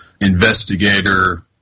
investigator